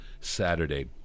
Saturday